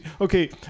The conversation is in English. Okay